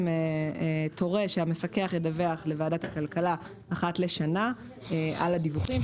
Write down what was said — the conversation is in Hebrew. תורה שהמפקח ידווח לוועדת הכלכלה אחת לשנה על הדיווחים ועלך הפעולות.